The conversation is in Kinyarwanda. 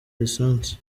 lisansi